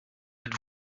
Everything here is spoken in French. êtes